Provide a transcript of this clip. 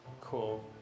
Cool